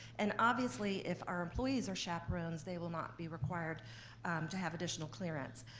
and obviously, if our employees are chaperones, they will not be required to have additional clearance.